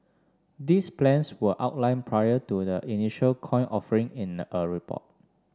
these plans were outlined prior to the initial coin offering in a report